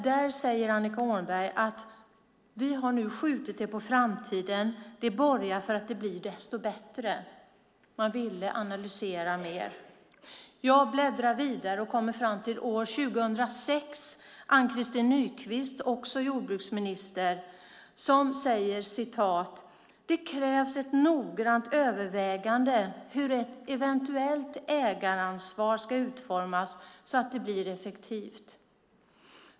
Där säger Annika Åhnberg: Vi har nu skjutit det på framtiden för att det ska bli desto bättre. Man ville analysera mer. Jag bläddrade vidare och kom fram till år 2006 då Ann-Christin Nykvist var jordbruksminister. Hon säger: Det krävs ett noggrant övervägande hur ett eventuellt ägaransvar ska utformas så att det blir effektivt.